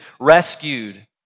rescued